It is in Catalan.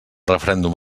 referèndum